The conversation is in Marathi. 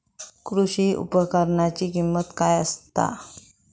कृषी उपकरणाची किमती काय आसत?